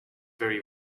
very